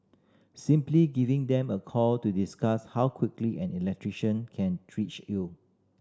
simply giving them a call to discuss how quickly an electrician can reach you